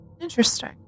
Interesting